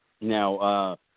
Now